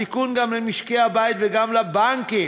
הסיכון גם למשקי הבית וגם לבנקים.